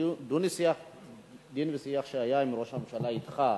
בדיון שהיה עם ראש הממשלה ואתך,